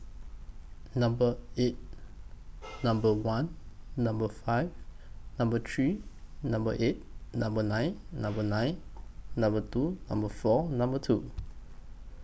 Number eight Number one Number five Number three Number eight Number nine Number nine Number two Number four Number two